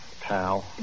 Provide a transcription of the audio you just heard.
pal